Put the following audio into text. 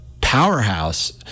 powerhouse